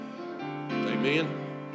Amen